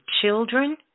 children